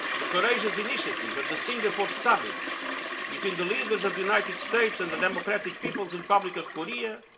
the courageous initiative of the singapore summit between the leaders of the united states and the democratic people's republic of korea,